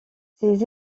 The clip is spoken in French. ces